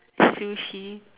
Sushi